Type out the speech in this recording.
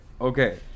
Okay